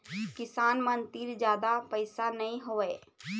किसान मन तीर जादा पइसा नइ होवय